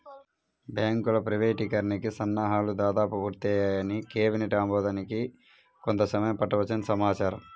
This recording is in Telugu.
బ్యాంకుల ప్రైవేటీకరణకి సన్నాహాలు దాదాపు పూర్తయ్యాయని, కేబినెట్ ఆమోదానికి కొంత సమయం పట్టవచ్చని సమాచారం